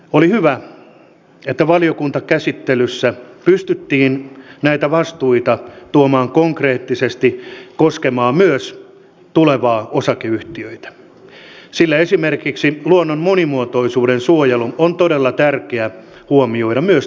oli hyvä että valiokuntakäsittelyssä pystyttiin näitä vastuita tuomaan konkreettisesti koskemaan myös tulevaa osakeyhtiötä sillä esimerkiksi luonnon monimuotoisuuden suojelu on todella tärkeää huomioida myös talousmetsissä